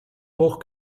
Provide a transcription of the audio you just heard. hoch